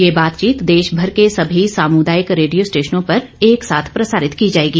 यह बातचीत देशभर के सभी सामुदायिक रेडियो स्टेशनों पर एकसाथ प्रसारित की जाएगी